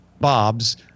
Bob's